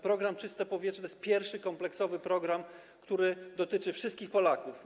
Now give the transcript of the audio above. Program „Czyste powietrze” to jest pierwszy kompleksowy program, który dotyczy wszystkich Polaków.